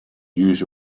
use